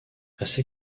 assez